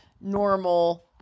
normal